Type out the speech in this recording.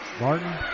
Martin